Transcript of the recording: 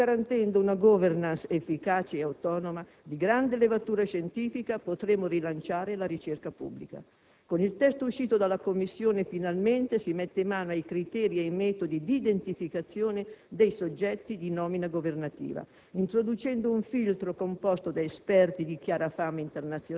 Solo garantendo una *governance* efficace e autonoma, di grande levatura scientifica, potremo rilanciare la ricerca pubblica. Con il testo uscito dalla Commissione finalmente si mette mano ai criteri e ai metodi di identificazione dei soggetti di nomina governativa, introducendo un filtro composto da esperti di chiara fama internazionale